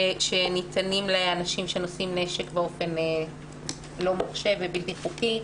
שניתנים לאנשים שנושאים נשק באופן לא מורשה ובלתי-חוקי.